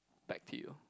back to you